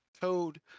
Toad